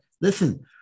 listen